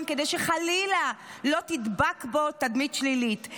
כדי שחלילה לא תידבק בו תדמית שלילית.